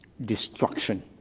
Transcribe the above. destruction